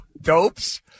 Dopes